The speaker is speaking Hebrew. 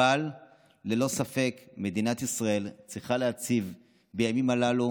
אבל ללא ספק מדינת ישראל צריכה להציב בימים הללו